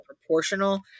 proportional